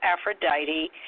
Aphrodite